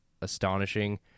astonishing